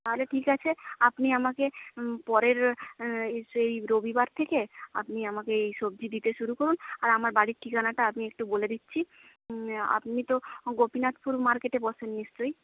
তাহলে ঠিক আছে আপনি আমাকে পরের সেই রবিবার থেকে আপনি আমাকে এই সবজি দিতে শুরু করুন আর আমার বাড়ির ঠিকানাটা আমি একটু বলে দিচ্ছি আপনি তো গোপিনাথপুর মার্কেটে বসেন নিশ্চয়ই